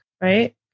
right